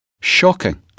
Shocking